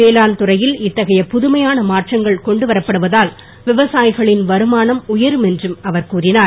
வேளாண் துறையில் இத்தகைய புதுமையான மாற்றங்கள் கொண்டு வரப்படுவதால் விவசாயிகளின் வருமானம் உயரும் என்றும் அவர் கூறினார்